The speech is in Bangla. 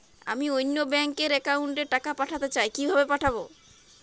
আমি অন্য ব্যাংক র অ্যাকাউন্ট এ টাকা পাঠাতে চাই কিভাবে পাঠাবো?